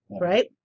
right